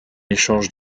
échange